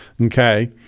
okay